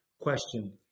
question